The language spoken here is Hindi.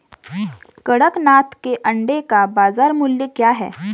कड़कनाथ के अंडे का बाज़ार मूल्य क्या है?